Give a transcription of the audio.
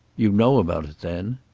you know about it, then?